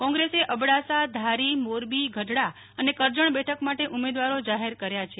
કોંગ્રેસે અબડાસા ધારી મોરબી ગઢડા અને કરજણ બેઠક માટે ઉમેદવારો જાહેર કર્યા છે